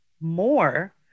more